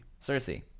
cersei